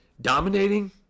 Dominating